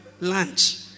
Lunch